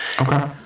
Okay